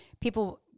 people